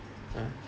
ah